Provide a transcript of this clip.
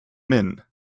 men